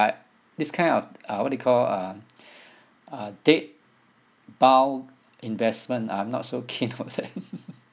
this kind of uh what you call um uh date bound investment I'm not so keen of that